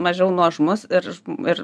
mažiau nuožmus ir ir